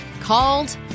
called